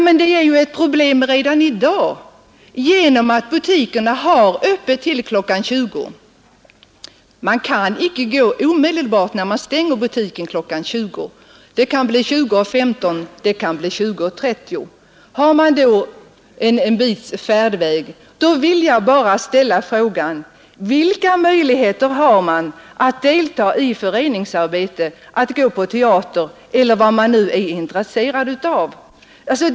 Men detta är ett problem redan i dag genom att butikerna enligt lagen kan vara öppna till kl. 20.00. De anställda kan inte gå omedelbart efter stängningsdags; klockan kan bli 20.15 eller 20.30. Därtill skall läggas tid för färden från arbetsplatsen. Då vill jag bara ställa frågan: Vilka möjligheter har man att delta i föreningsarbete, att gå på teater eller vad man nu är intresserad av?